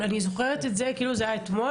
אני זוכרת את זה כאילו זה היה אתמול,